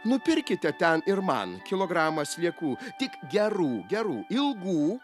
nupirkite ten ir man kilogramą sliekų tik gerų gerų ilgų